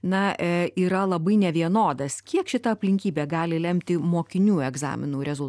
na yra labai nevienodas kiek šita aplinkybė gali lemti mokinių egzaminų rezul